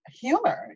humor